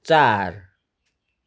चार